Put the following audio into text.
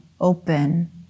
open